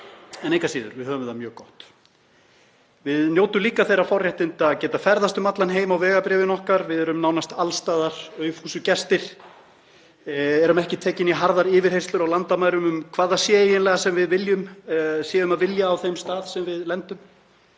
En engu að síður, við höfum það mjög gott. Við njótum líka þeirra forréttinda að geta ferðast um allan heim á vegabréfinu okkar. Við erum nánast alls staðar aufúsugestir, erum ekki tekin í harðar yfirheyrslur á landamærum um hvað það sé eiginlega sem við séum að vilja á þeim stað sem við lendum.